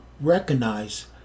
recognize